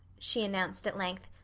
she announced at length.